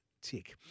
tick